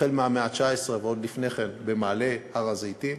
החל במאה ה-19 ועוד לפני כן, במעלה הר-הזיתים.